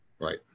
Right